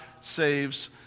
saves